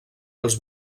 els